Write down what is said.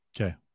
Okay